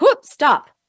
Stop